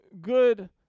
good